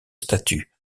statut